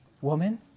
Woman